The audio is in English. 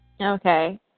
Okay